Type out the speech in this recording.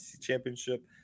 championship